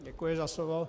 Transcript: Děkuji za slovo.